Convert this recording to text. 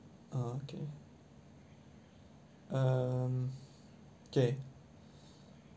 oh okay um okay